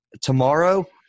tomorrow